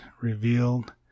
revealed